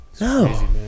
no